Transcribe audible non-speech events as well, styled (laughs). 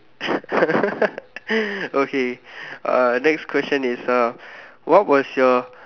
(laughs) okay uh next question is uh what was your